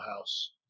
house